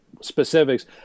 specifics